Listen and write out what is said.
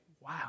wow